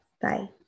Bye